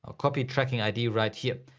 ah copy tracking id right here.